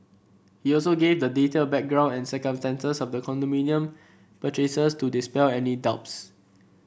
he also gave the detailed background and circumstances of the condominium purchases to dispel any doubts